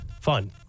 Fun